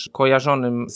kojarzonym